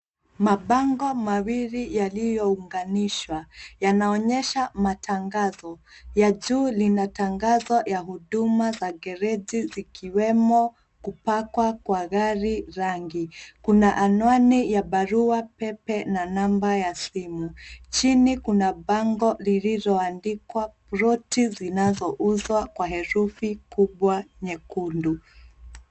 Mabango mawili yaliyounganishwa yanaonyesha matangazo ya juu lina tangazo ya huduma za gereji zikiwemo kupakwa kwa gari rangi. Kuna anwani ya barua pepe na namba ya simu. Chini kuna bango lililoandikwa ploti zinazouzwa kwa herufi kubwa nyekundu.